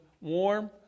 warm